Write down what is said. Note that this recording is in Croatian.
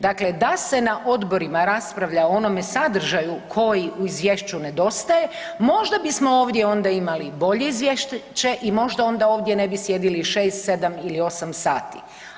Dakle, da se na odborima raspravlja o onome sadržaju koji u izvješću nedostaje možda bismo ovdje onda imali bolje izvješće i možda onda ovdje ne bi sjedili 6, 7 ili 8 sati.